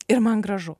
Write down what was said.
ir man gražu